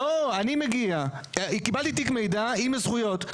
לא, אני מגיע, קיבלתי תיק מידע עם הזכויות.